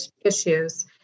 issues